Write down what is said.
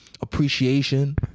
appreciation